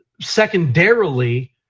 Secondarily